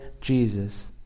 Jesus